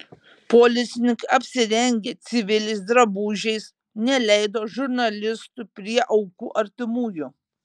policininkai apsirengę civiliais drabužiais neleido žurnalistų prie aukų artimųjų